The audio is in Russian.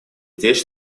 здесь